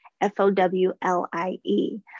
F-O-W-L-I-E